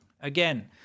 Again